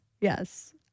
Yes